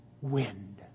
wind